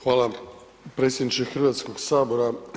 Hvala predsjedniče Hrvatskog sabora.